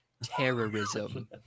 Terrorism